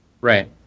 Right